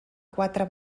quatre